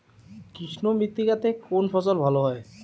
কৃষ্ণ মৃত্তিকা তে কোন ফসল ভালো হয়?